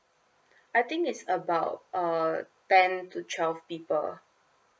I think it's about uh ten to twelve people